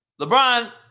LeBron